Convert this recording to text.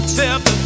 Step